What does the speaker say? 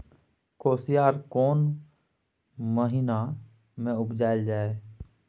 कोसयार कोन महिना मे उपजायल जाय?